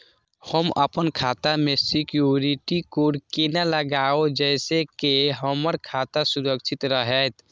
हम अपन खाता में सिक्युरिटी कोड केना लगाव जैसे के हमर खाता सुरक्षित रहैत?